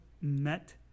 met